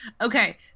Okay